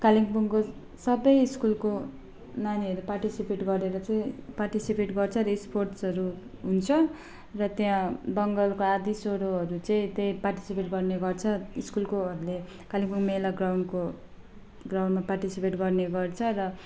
कालिम्पोङको सबै स्कुलको नानीहरू पार्टिसिपेट गरेर चाहिँ पार्टिसिपेट गर्छ र स्पोर्ट्सहरू हुन्छ र त्यहाँ बङ्गालको आधीसरोहरू चाहिँ त्यही पार्टिसिपेट गर्ने गर्छ स्कुलकोहरूले कालिम्पोङ मेला ग्राउन्डको ग्राउन्डमा पार्टिसिपेट गर्ने गर्छ र